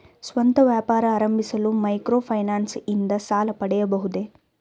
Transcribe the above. ಸ್ವಂತ ವ್ಯಾಪಾರ ಆರಂಭಿಸಲು ಮೈಕ್ರೋ ಫೈನಾನ್ಸ್ ಇಂದ ಸಾಲ ಪಡೆಯಬಹುದೇ?